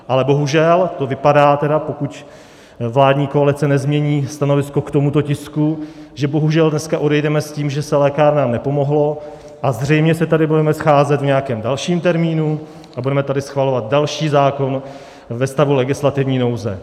Ale bohužel to vypadá, pokud vládní koalice nezmění stanovisko k tomuto tisku, že bohužel dneska odejdeme s tím, že se lékárnám nepomohlo, a zřejmě se tady budeme scházet v nějakém dalším termínu a budeme tady schvalovat další zákon ve stavu legislativní nouze.